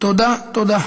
תודה תודה.